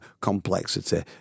complexity